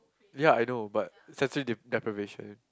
ya I know but sensory dep~ deprivation